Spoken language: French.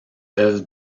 œuvre